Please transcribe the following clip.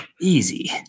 easy